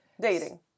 Dating